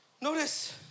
Notice